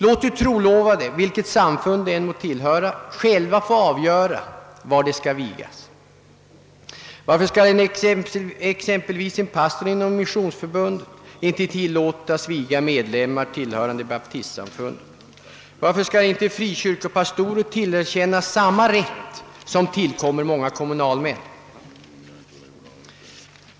Låt de trolovade, vilket samfund de än må tillhöra, själva få avgöra av vem de skall vigas. Varför skall exempelvis en pastor i missionsförbundet inte tillåtas viga medlemmar tillhörande baptistsamfundet, och varför skall inte frikyrkopastorer tillerkännas samma rätt som tillkommer många kommunalmän?